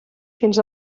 fins